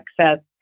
access